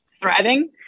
thriving